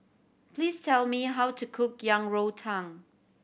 please tell me how to cook Yang Rou Tang